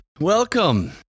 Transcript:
Welcome